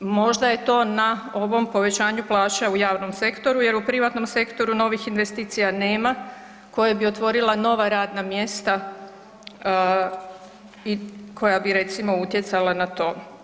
Možda je to na ovom povećanju plaća u javnom sektoru jer u privatnom sektoru novih investicija nema koje bi otvorila nova radna mjesta i koja bi recimo utjecala na to.